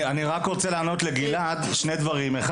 אני רוצה לענות לגלעד שני דברים: א',